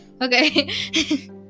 okay